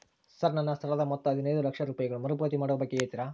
Sir ನನ್ನ ಸಾಲದ ಮೊತ್ತ ಹದಿನೈದು ಲಕ್ಷ ರೂಪಾಯಿಗಳು ಮರುಪಾವತಿ ಮಾಡುವ ಬಗ್ಗೆ ಹೇಳ್ತೇರಾ?